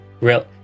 real